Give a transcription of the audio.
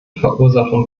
verursachen